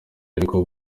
ariko